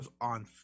on